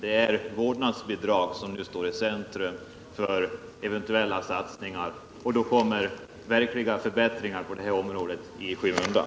Det är vårdnadsbidrag som nu står i centrum för eventuella satsningar, och då kommer verkliga förbättringar på detta område i skymundan.